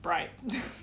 bright